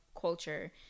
culture